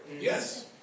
Yes